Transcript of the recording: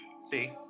See